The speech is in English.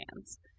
hands